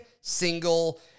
single